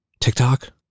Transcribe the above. TikTok